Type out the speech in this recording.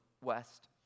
west